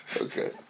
Okay